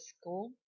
school